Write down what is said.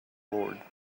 lord